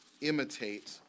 imitate